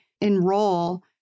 enroll